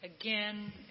again